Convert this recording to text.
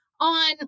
on